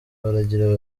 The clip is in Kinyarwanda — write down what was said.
baragira